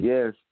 Yes